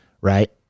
right